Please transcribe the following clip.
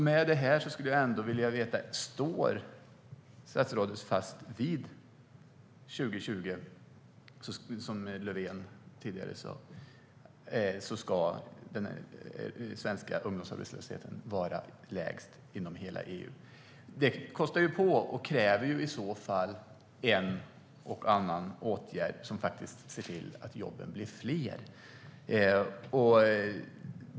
Med detta sagt skulle jag vilja veta om statsrådet står fast vid att den svenska ungdomsarbetslösheten ska vara lägst i hela EU år 2020, som Löfven har sagt. Det kostar ju på och kräver i så fall en och annan åtgärd som faktiskt ser till att jobben blir fler.